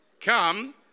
come